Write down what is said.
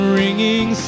ringing